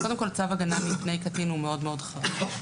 הגנה מפני קטין הוא מאוד מאוד חריג.